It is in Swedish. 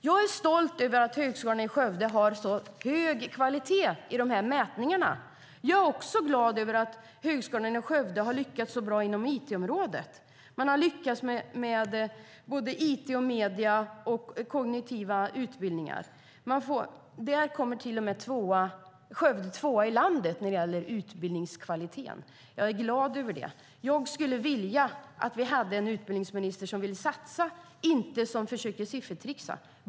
Jag är stolt över att Högskolan i Skövde har så hög kvalitet i mätningarna, och jag är glad över att Högskolan i Skövde lyckats så bra inom it-området. De har lyckats bra med it och medieutbildningarna samt med de kognitiva utbildningarna. Där är Skövde tvåa i landet när det gäller utbildningskvaliteten. Jag är glad över det. Jag skulle önska att vi hade en utbildningsminister som ville satsa, inte en som försöker siffertricksa.